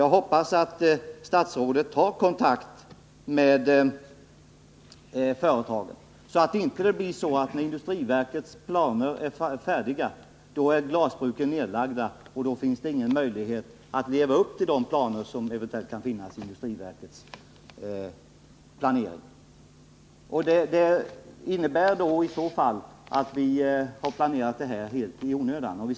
Jag hoppas att statsrådet håller kontakt med företagen, så att inte glasbruken redan är nedlagda när industriverkets planer blir färdiga. Under sådana förhållanden finns det ingen möjlighet att leva upp till de intentioner som eventuellt kan komma att innefattas i industriverkets planering. I så fall har planeringen inte varit till någon nytta.